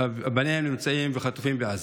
שבניהם נמצאים חטופים בעזה.